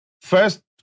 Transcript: First